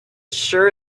sure